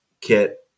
kit